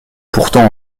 pourtant